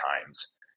times